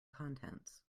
contents